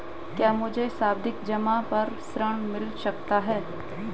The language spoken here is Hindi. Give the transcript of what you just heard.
क्या मुझे सावधि जमा पर ऋण मिल सकता है?